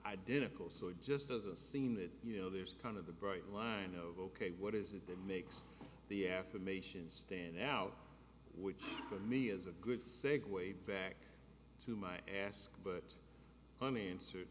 identical so it just doesn't seem that you know there's kind of the bright line of ok what is it that makes the affirmation stand out which for me is a good segue back to my ask but unanswered